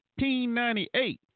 1898